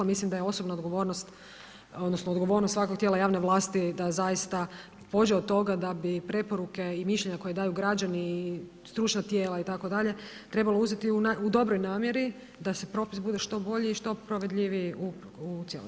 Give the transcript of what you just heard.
Mislim da je osobna odgovornost odnosno odgovornost svakog tijela javne vlasti da zaista pođe od toga da bi preporuke i mišljenja koje daju građani i stručna tijela itd. trebalo uzeti u dobroj namjeri, da propis bude što bolji i što provedljiviji u cijelosti.